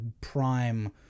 prime